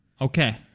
Okay